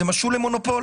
זה משול למונופול